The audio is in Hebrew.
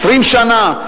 20 שנה?